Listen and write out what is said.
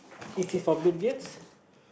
it is from Bill-Gates